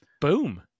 Boom